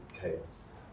chaos